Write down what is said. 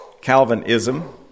Calvinism